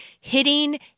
hitting